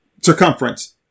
circumference